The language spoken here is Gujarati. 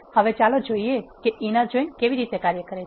હવે ચાલો જોઈએ કે ઇનર જોઇન કેવી રીતે કાર્ય કરે છે